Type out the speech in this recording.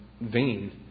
vein